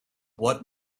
what